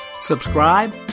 Subscribe